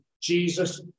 Jesus